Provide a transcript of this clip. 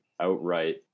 outright